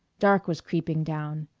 dark was creeping down.